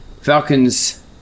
Falcons